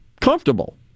comfortable